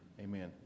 Amen